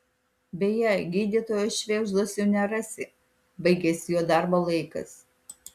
beje gydytojo švėgždos jau nerasi baigėsi jo darbo laikas